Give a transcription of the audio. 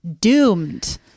doomed